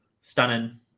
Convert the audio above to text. Stunning